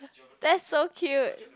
that's so cute